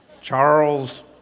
Charles